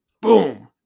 boom